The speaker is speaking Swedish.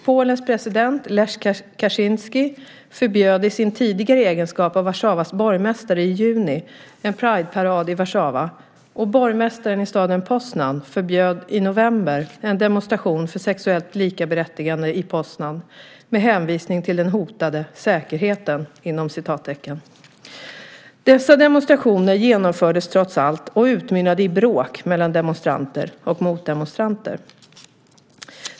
Polens president Lech Kaczynski förbjöd i sin tidigare egenskap av Warszawas borgmästare i juni en Prideparad i Warszawa, och borgmästaren i staden Poznan förbjöd i november en demonstration för sexuellt likaberättigande i Poznan med hänvisning till "den hotade säkerheten". Dessa demonstrationer genomfördes trots allt och utmynnade i bråk mellan demonstranter och motdemonstranter.